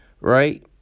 right